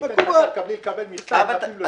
מי ייתן מטע, מי יקבל מכסה ויקים לול?